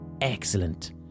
excellent